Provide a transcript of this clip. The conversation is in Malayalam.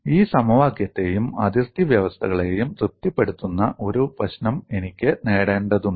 ഈ സമവാക്യത്തെയും അതിർത്തി വ്യവസ്ഥകളെയും തൃപ്തിപ്പെടുത്തുന്ന ഒരു പ്രശ്നം എനിക്ക് നേടേണ്ടതുണ്ട്